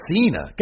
Cena